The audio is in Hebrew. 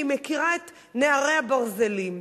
אני מכירה את "נערי הברזלים"